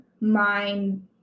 mind